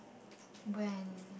when